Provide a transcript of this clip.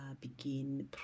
begin